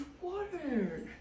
water